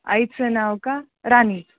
आईचं नाव का रानी